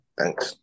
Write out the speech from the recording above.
Thanks